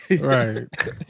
Right